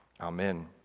Amen